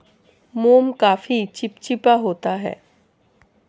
मोम काफी चिपचिपा सा होता है